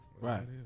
Right